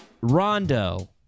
Rondo